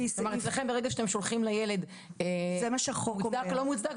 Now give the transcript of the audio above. ברגע שאתם שולחים לילד מוצדק או לא מוצדק,